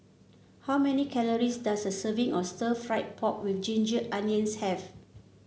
how many calories does a serving of Stir Fried Pork with Ginger Onions have